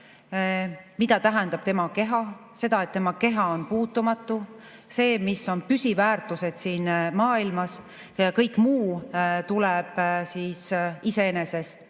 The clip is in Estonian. mida tähendab tema keha, seda, et tema keha on puutumatu, seda, mis on püsiväärtused siin maailmas. Kõik muu tuleb iseenesest